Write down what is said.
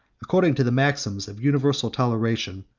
according to the maxims of universal toleration,